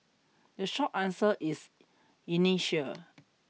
the short answer is inertia